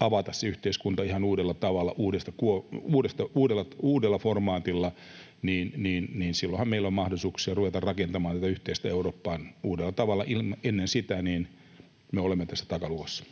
avata se yhteiskunta ihan uudella tavalla, uudella formaatilla. Silloinhan meillä on mahdollisuuksia ruveta rakentamaan tätä yhteistä Eurooppaa uudella tavalla. Ennen sitä me olemme tässä takalukossa.